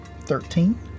Thirteen